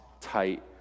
tight